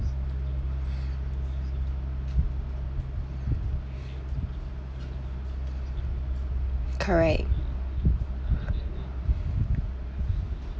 correct